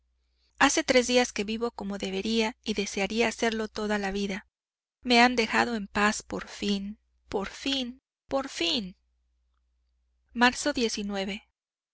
hace tres días que vivo como debería y desearía hacerlo toda la vida me han dejado en paz por fin por fin por fin marzo